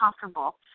comfortable